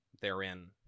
therein